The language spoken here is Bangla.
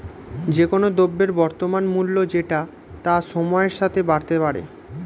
যে কোন দ্রব্যের বর্তমান মূল্য যেটা তা সময়ের সাথে বাড়তে পারে